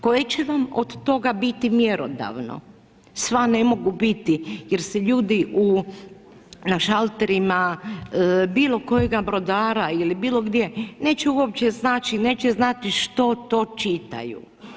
Koje će vam od toga bit mjerodavno, sva ne mogu biti jer se ljudi na šalterima, bilo kojeg brodara ili bilo gdje neće uopće znati, neće znati što to čitaju.